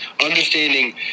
understanding